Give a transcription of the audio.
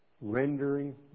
Rendering